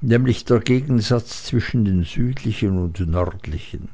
nämlich der gegensatz zwischen den südlichen und nördlichen